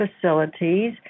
facilities